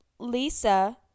lisa